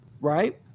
right